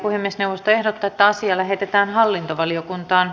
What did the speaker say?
puhemiesneuvosto ehdottaa että asia lähetetään hallintovaliokuntaan